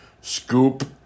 scoop